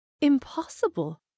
impossible